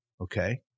okay